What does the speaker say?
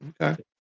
Okay